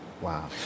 Wow